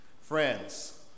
friends